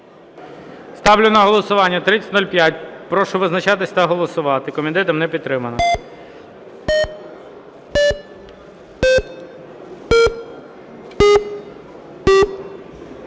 Ставлю на голосування 3005. Прошу визначатись та голосувати. Комітетом не підтримана.